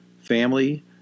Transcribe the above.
family